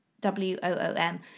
w-o-o-m